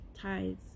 tithes